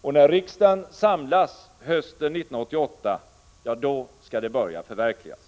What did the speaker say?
Och när riksdagen samlas hösten 1988 skall det börja förverkligas!